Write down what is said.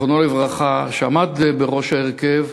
זיכרונו לברכה, שעמד בראש ההרכב,